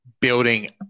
building